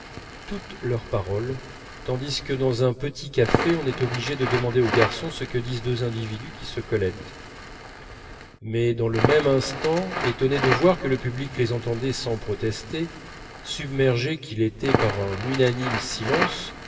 toutes leurs paroles tandis que dans un petit café on est obligé de demander au garçon ce que disent deux individus qui se collettent mais dans le même instant étonné de voir que le public les entendait sans protester submergé qu'il était par un unanime silence